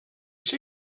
she